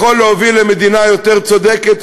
יכול להוביל למדינה יותר צודקת,